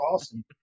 awesome